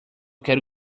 quero